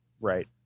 right